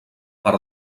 per